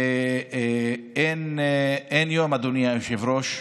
אין יום, אדוני היושב-ראש,